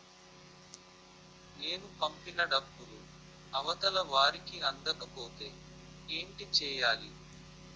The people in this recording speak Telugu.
నేను పంపిన డబ్బులు అవతల వారికి అందకపోతే ఏంటి చెయ్యాలి?